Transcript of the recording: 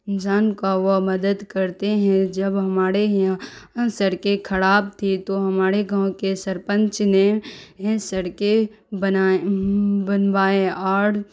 انسان کا وہ مدد کرتے ہیں جب ہمارے یہاں سڑکیں خراب تھی تو ہمارے گاؤں کے سرپنچ نے سڑکیں بنائیں بنوائیں اور